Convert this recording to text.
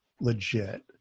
legit